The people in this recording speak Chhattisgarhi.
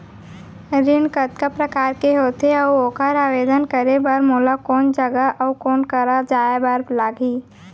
ऋण कतका प्रकार के होथे अऊ ओखर आवेदन करे बर मोला कोन जगह अऊ कोन करा जाए बर लागही?